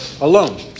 alone